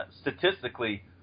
Statistically